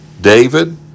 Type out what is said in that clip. David